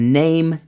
name